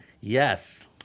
Yes